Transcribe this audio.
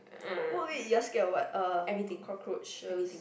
what wait you are scared of what uh cockroaches